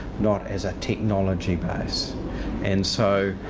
not as a technology base and so,